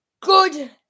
Good